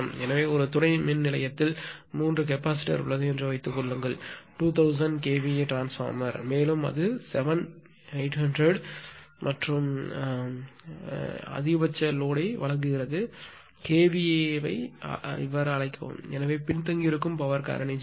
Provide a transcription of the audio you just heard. எனவே ஒரு துணை மின் நிலையத்தில் மூன்று கெப்பாசிட்டர் உள்ளது என்று வைத்துக்கொள்ளுங்கள் 2000 kVA ட்ரான்ஸ்பார்மர் மேலும் அது 7800 என்ற அதிகபட்ச சுமையை வழங்குகிறது kVA ஐ யாக அழைக்கவும் எனவே பின்தங்கியிருக்கும் பவர் காரணி 0